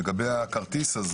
לגבי הכרטיס.